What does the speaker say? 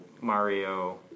Mario